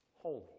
holy